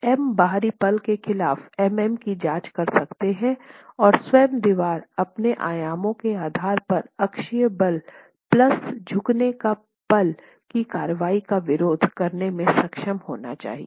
और आप एम बाहरी पल के खिलाफ Mm की जांच कर सकते हैं और स्वयं दीवार अपने आयामों के आधार पर अक्षीय बल प्लस झुकने का पल की कार्रवाई का विरोध करने में सक्षम होना चाहिए